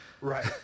Right